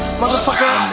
motherfucker